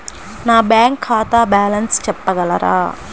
నా బ్యాంక్ ఖాతా బ్యాలెన్స్ చెప్పగలరా?